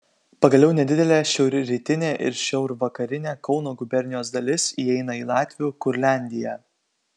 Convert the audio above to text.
pagaliau nedidelė šiaurrytinė ir šiaurvakarinė kauno gubernijos dalis įeina į latvių kurliandiją